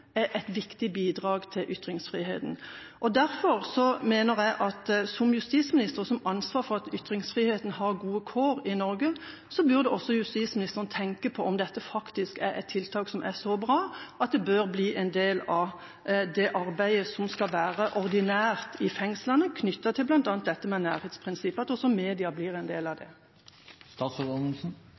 er et viktig bidrag til ytringsfriheten. Derfor mener jeg at justisministeren, som har ansvar for at ytringsfriheten har gode kår i Norge, også burde tenke på om dette er et tiltak som er så bra at det bør bli en del av det ordinære arbeidet i fengslene knyttet til bl.a. nærhetsprinsippet, og at også media blir en del av